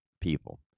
people